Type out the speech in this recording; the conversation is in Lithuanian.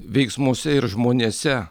veiksmuose ir žmonėse